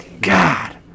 God